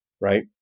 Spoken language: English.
right